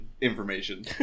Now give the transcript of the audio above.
information